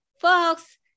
Folks